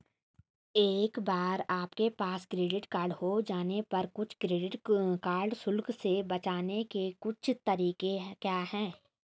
एक बार आपके पास क्रेडिट कार्ड हो जाने पर कुछ क्रेडिट कार्ड शुल्क से बचने के कुछ तरीके क्या हैं?